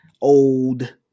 old